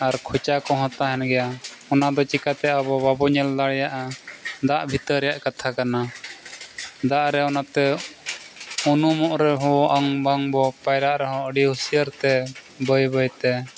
ᱟᱨ ᱠᱷᱚᱪᱟ ᱠᱚᱦᱚᱸ ᱛᱟᱦᱮᱱ ᱜᱮᱭᱟ ᱚᱱᱟ ᱫᱚ ᱪᱮᱠᱟᱛᱮ ᱟᱵᱚ ᱵᱟᱵᱚ ᱧᱮᱞ ᱫᱟᱲᱮᱭᱟᱜᱼᱟ ᱫᱟᱜ ᱵᱷᱤᱛᱟᱹᱨ ᱨᱮᱭᱟᱜ ᱠᱟᱛᱷᱟ ᱠᱟᱱᱟ ᱫᱟᱜ ᱨᱮ ᱚᱱᱟᱛᱮ ᱩᱱᱩᱢᱚᱜ ᱨᱮᱦᱚᱸ ᱟᱢ ᱵᱟᱝᱵᱚ ᱯᱟᱭᱨᱟᱜ ᱨᱮᱦᱚᱸ ᱟᱹᱰᱤ ᱩᱥᱟᱹᱨ ᱛᱮ ᱵᱟᱹᱭ ᱵᱟᱹᱭ ᱛᱮ